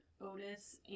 Otis